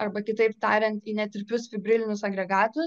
arba kitaip tariant į netirpius fibrilinius agregatus